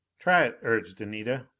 try it, urged anita.